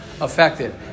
affected